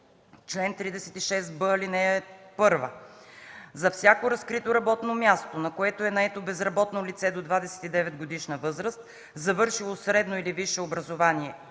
Чл. 36б. (1) За всяко разкрито работно място, на което е наето безработно лице до 29-годишна възраст, завършило средно или висше образование